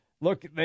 look